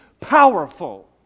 powerful